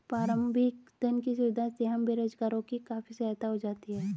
प्रारंभिक धन की सुविधा से हम बेरोजगारों की काफी सहायता हो जाती है